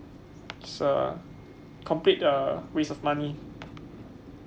is a complete uh waste of money